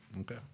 Okay